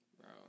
Bro